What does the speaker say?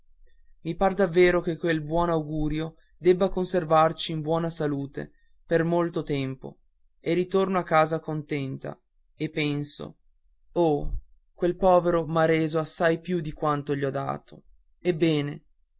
i par davvero che quel buon augurio debba conservarsi in buona salute per molto tempo e ritorno a casa contento e penso oh quel povero m'ha reso assai più di quanto gli ho dato ebbene